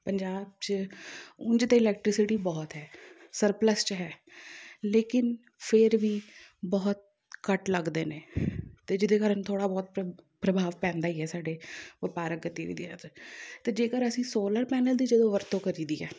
ਪੰਜਾਬ 'ਚ ਉਂਝ ਤਾਂ ਇਲੈਕਟ੍ਰੀਸਿਟੀ ਬਹੁਤ ਹੈ ਸਰਪਲਸ 'ਚ ਹੈ ਲੇਕਿਨ ਫਿਰ ਵੀ ਬਹੁਤ ਕੱਟ ਲੱਗਦੇ ਨੇ ਅਤੇ ਜਿਹਦੇ ਕਾਰਨ ਥੋੜ੍ਹਾ ਬਹੁਤ ਪ੍ਰਭਾਵ ਪੈਂਦਾ ਹੀ ਹੈ ਸਾਡੇ ਵਪਾਰਕ ਗਤੀਵਿਧੀ 'ਤੇ ਅਤੇ ਜੇਕਰ ਅਸੀਂ ਸੋਲਰ ਪੈਨਲ ਦੀ ਜਦੋਂ ਵਰਤੋਂ ਕਰੀ ਦੀ ਹੈ